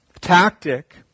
tactic